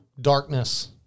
Darkness